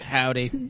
Howdy